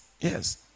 Yes